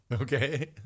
Okay